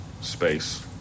space